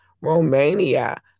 Romania